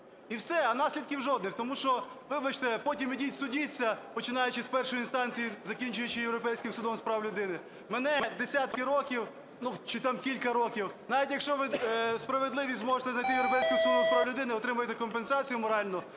І все, а наслідків жодних, тому що, вибачте, потім ідіть судіться, починаючи з першої інстанції, закінчуючи Європейським судом з прав людини. Мине десятки років, чи там кілька років, навіть якщо ви справедливість зможете знайти в Європейському суді з прав людини, отримаєте компенсацію моральну